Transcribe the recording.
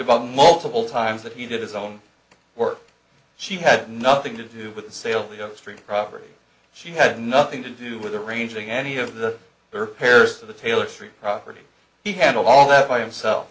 about multiple times that he did his own work she had nothing to do with the sale of street property she had nothing to do with arranging any of the third pairs of the taylor street property he handled all that by himself